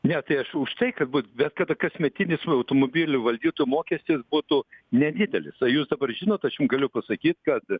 ne tai aš už tai kad būt bet kada kasmetinis automobilių valdytų mokestis būtų nedidelis o jūs dabar žinot aš jum galiu pasakyt kad